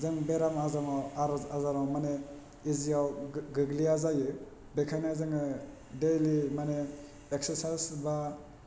जों बेराम आजाराव आर'ज आजाराव मानि इजियाव गोग्लैया जायो बेखायनो जोङो डेलि मानि इक्सासाइस बा